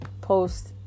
post